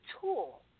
tool